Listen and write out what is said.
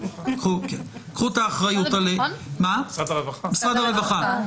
תודה רבה .